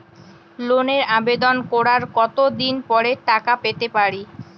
লোনের আবেদন করার কত দিন পরে টাকা পেতে পারি?